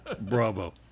Bravo